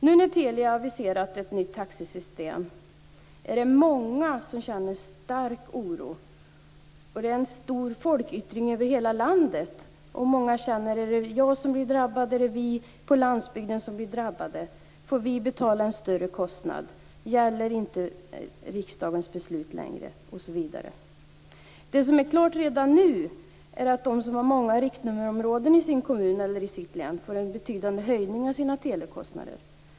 Nu när Telia har aviserat ett nytt taxesystem är det många som känner stark oro, och det är en stor folkyttring över hela landet. Många undrar: Är det jag som blir drabbad? Är det vi på landsbygden som blir drabbade? Får vi betala en större kostnad? Gäller inte riksdagens beslut längre? Redan nu är det klart att de som har många riktnummer i sin kommun eller i sitt län får en betydande höjning av sina telekostnader.